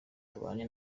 tubanye